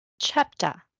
chapter